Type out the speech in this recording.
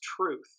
truth